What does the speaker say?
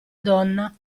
donna